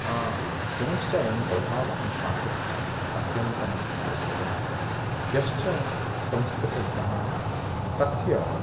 पुनश्चयं प्रभावः भाषिकः अत्यन्तं दृश्यते यश्च संस्कृतज्ञः तस्य